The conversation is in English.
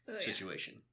situation